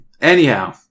Anyhow